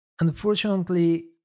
unfortunately